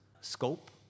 scope